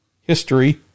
history